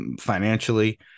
financially